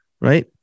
Right